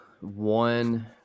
one